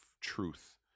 truth